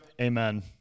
amen